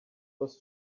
was